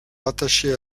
rattaché